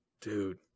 Dude